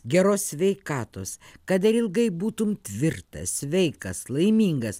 geros sveikatos kad dar ilgai būtum tvirtas sveikas laimingas